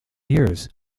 years